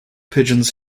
pigeons